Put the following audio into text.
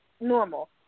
normal